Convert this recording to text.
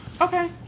Okay